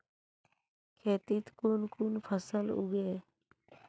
खेतीत कुन कुन फसल उगेई?